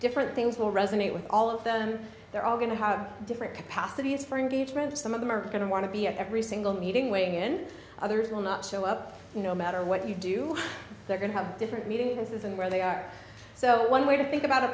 different things will resonate with all of them they're all going to have different capacities for engagement some of them are going to want to be at every single meeting weighing in others will not show up no matter what you do they're going to have different meetings as and where they are so one way to think about a